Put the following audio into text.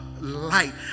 light